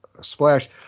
splash